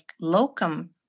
locum